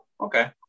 Okay